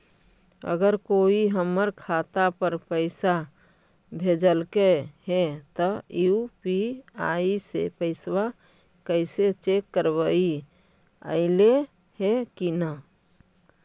अगर कोइ हमर खाता पर पैसा भेजलके हे त यु.पी.आई से पैसबा कैसे चेक करबइ ऐले हे कि न?